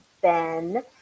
Ben